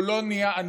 הוא לא נהיה.